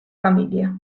familia